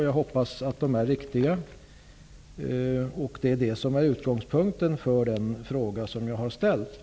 Jag hoppas att de är riktiga, eftersom de var utgångspunkten för den fråga som jag har ställt.